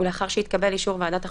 ולאחר שהתקבל אישור ועדת החוקה,